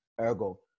Ergo